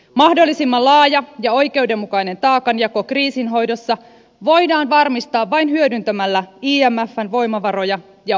mahdollisimman laaja ja oikeudenmukainen taakanjako kriisin hoidossa voidaan varmistaa vain hyödyntämällä imfn voimavaroja ja osaamista